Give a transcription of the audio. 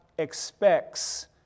expects